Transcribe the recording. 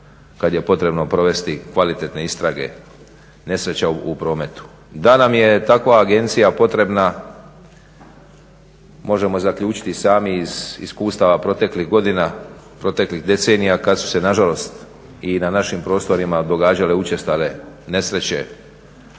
kad je potrebno provesti kvalitetne istrage nesreća u prometu. Da nam je takva agencija potrebna možemo zaključiti i sami iz iskustava proteklih godina, proteklih decenija kad su se nažalost i na našim prostorima događale učestale nesreće